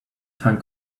time